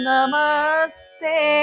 Namaste